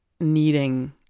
needing